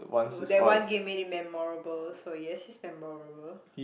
that one game made it memorable so yes it's memorable